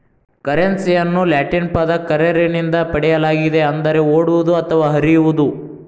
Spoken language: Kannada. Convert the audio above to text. ಕರೆನ್ಸಿಯನ್ನು ಲ್ಯಾಟಿನ್ ಪದ ಕರ್ರೆರೆ ನಿಂದ ಪಡೆಯಲಾಗಿದೆ ಅಂದರೆ ಓಡುವುದು ಅಥವಾ ಹರಿಯುವುದು